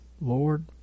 Lord